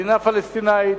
מדינה פלסטינית,